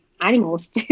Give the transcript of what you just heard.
animals